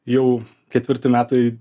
jau ketvirti metai